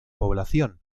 población